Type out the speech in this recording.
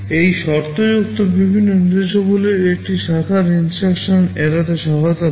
এই শর্তযুক্ত বিভিন্ন নির্দেশাবলী একটি শাখার নির্দেশ এড়াতে সহায়তা করে